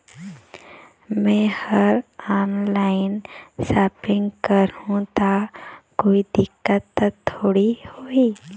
मैं हर online shopping करू ता कोई दिक्कत त थोड़ी होही?